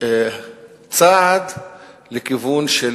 צעד לכיוון של